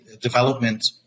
development